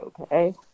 Okay